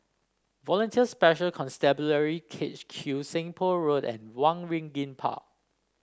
Volunteer Special Constabulary K H Q Seng Poh Road and Waringin Park